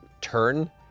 turn